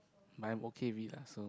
but I'm okay with it lah so